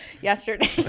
yesterday